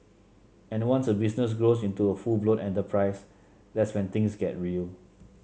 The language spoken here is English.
and once a business grows into a full blown enterprise that's when things get real